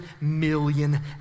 million